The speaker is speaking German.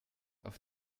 auf